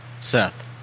Seth